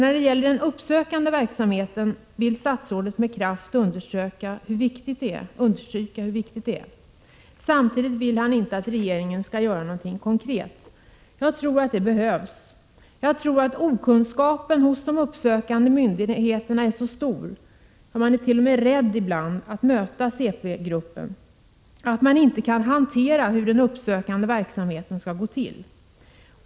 När det gäller den uppsökande verksamheten vill statsrådet med kraft understryka hur viktig denna är. Samtidigt vill han inte att regeringen skall göra någonting konkret. Jag tror att det behövs. Okunskapen hos de uppsökande myndigheterna är så stor — ja, ibland är man t.o.m. rädd att möta CP-gruppen — att de inte kan hantera den uppsökande verksamheten.